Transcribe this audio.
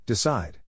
Decide